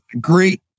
Great